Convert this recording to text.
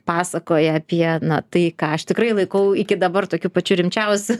pasakoja apie na tai ką aš tikrai laikau iki dabar tokiu pačiu rimčiausiu